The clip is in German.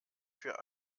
für